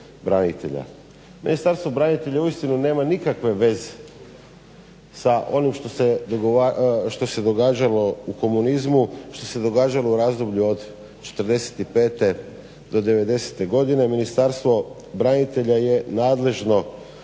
branitelja. Ministarstvo branitelja uistinu nema nikakve veze sa onim što se događalo u komunizmu, što se događalo u razdoblju od '45. do '90-e godine. Ministarstvo branitelja je nadležno